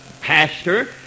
pastor